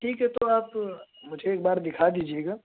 ٹھیک ہے تو آپ مجھے ایک بار دکھا دیجیے گا